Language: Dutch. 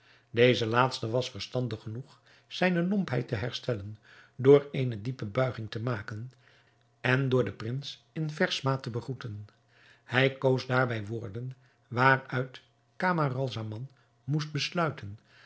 deze laatste was verstandig genoeg zijne lompheid te herstellen door eene diepe buiging te maken en door den prins in vers maat te begroeten hij koos daarbij woorden waaruit camaralzaman moest besluiten